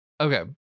okay